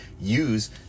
use